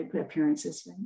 appearances